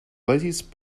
lettuce